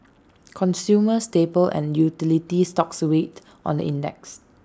consumer staple and utility stocks weighed on the index